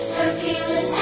Hercules